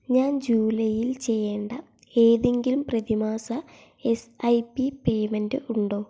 ഞാൻ ജൂലൈയിൽ ചെയ്യേണ്ട ഏതെങ്കിലും പ്രതിമാസ എസ്ഐപി പേയ്മെൻറ് ഉണ്ടോ